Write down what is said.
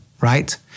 right